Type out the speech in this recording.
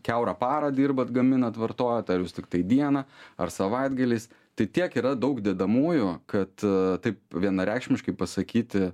kiaurą parą dirbat gaminat vartojot ar jūs tiktai dieną ar savaitgaliais tai tiek yra daug dedamųjų kad taip vienareikšmiškai pasakyti